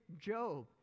Job